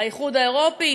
האיחוד האירופי.